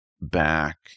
back